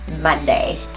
Monday